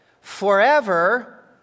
forever